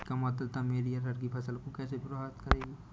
कम आर्द्रता मेरी अरहर की फसल को कैसे प्रभावित करेगी?